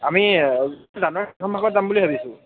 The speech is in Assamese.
আমি যাম বুলি ভাবিছোঁ